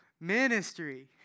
ministry